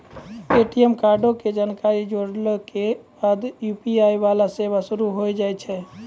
ATM कार्डो के जानकारी जोड़ला के बाद यू.पी.आई वाला सेवा शुरू होय जाय छै